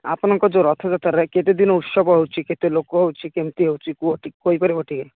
ଆପଣଙ୍କର ଯେଉଁ ରଥଯାତ୍ରାରେ କେତେଦିନ ଉତ୍ସବ ହେଉଛି କେତେ ଲୋକ ହେଉଛି କେମିତି ହେଉଛି କୁହଟି କହି ପାରିବ ଟିକେ